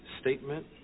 statement